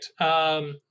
right